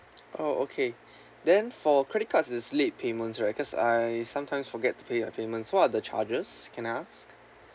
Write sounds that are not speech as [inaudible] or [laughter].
oh okay [breath] then for credit cards is late payments right cause I sometimes forget to pay uh payments what are the charges can I ask